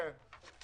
אם הם נפגעים ב-79%,